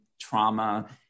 trauma